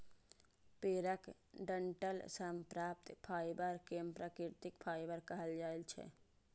पेड़क डंठल सं प्राप्त फाइबर कें प्राकृतिक फाइबर कहल जाइ छै